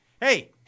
Hey